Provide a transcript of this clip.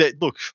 look